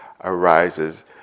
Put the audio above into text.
arises